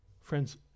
Friends